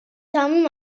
تموم